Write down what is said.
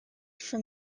from